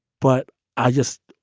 but i just.